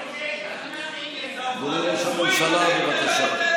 אדוני ראש הממשלה, בבקשה.